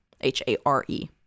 H-A-R-E